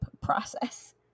process